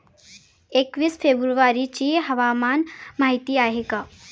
एकवीस फेब्रुवारीची हवामान माहिती आहे का?